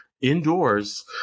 indoors